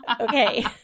okay